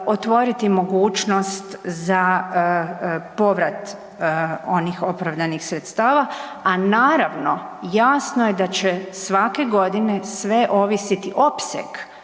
otvoriti mogućnost za povrat onih opravdanih sredstava. A naravno jasno je da će svake godine sve ovisiti opseg